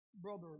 Brother